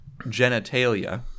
genitalia